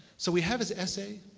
so we have his essay,